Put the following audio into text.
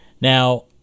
Now